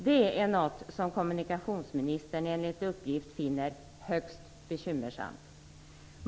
Detta är något som kommunikationsministern enligt uppgift finner "högst bekymmersamt".